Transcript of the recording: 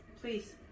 Please